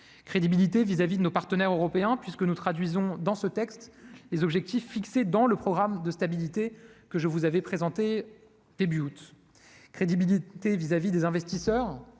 crédibilité vis-à-vis de nos partenaires européens puisque nous traduisons dans ce texte, les objectifs fixés dans le programme de stabilité que je vous avez présenté début août crédibilité vis-à-vis des investisseurs,